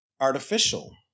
artificial